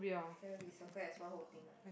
then we circle as one whole thing lah